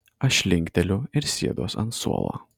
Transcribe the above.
aš linkteliu ir sėduos ant suolo